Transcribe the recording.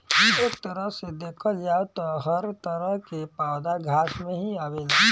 एक तरह से देखल जाव त हर तरह के पौधा घास में ही आवेला